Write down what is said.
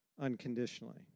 unconditionally